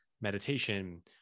meditation